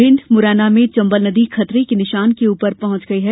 भिंड मुरैना में चंबल नदी खतरे के निशान के ऊपर पहुंच गई है